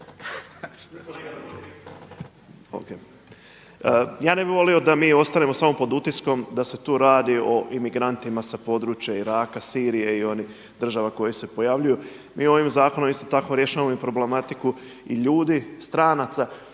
Ja ne bi volio da mi ostanemo samo pod utiskom da se tu radi o imigrantima sa područja Iraka, Sirije i onih država koje se pojavljuju. Mi ovim zakonom isto tako rješavamo i problematiku i ljudi, stranaca,